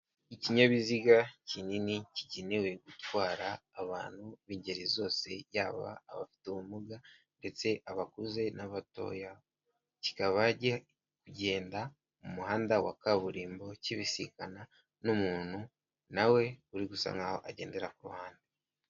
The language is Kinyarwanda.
IIkinyabiziga kinini kigenewe gutwara abantu b'ingeri zose, yaba abafite ubumuga ndetse abakuze n'abatoya, kikaba kugenda mu muhanda wa kaburimbo kibisikana n'umuntu nawe uri gusa nkaho agendera kuhande.